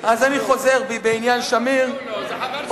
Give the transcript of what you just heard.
אתה מחמיא לו כשאתה משווה אותו לשמיר.